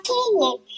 Canyon